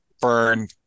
burn